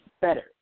better